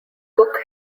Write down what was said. cook